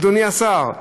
אדוני השר?